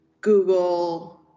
Google